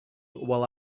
while